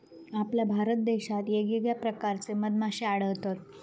आपल्या भारत देशात येगयेगळ्या प्रकारचे मधमाश्ये आढळतत